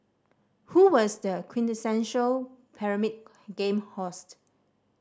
who was the quintessential Pyramid Game host